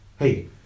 Hey